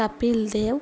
Kapil Dev